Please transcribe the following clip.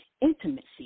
intimacy